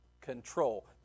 control